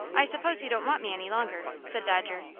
i suppose you don't want me any longer, said dodger,